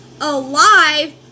alive